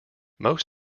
most